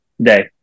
day